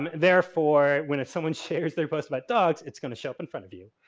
therefore, when it's someone shares their post about dogs it's going to show up in front of you.